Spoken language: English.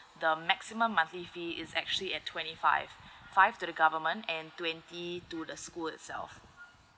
the maximum monthly fee is actually at twenty five five to the government and twenty to the school itself uh